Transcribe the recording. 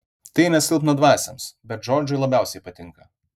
tai ne silpnadvasiams bet džordžui labiausiai patinka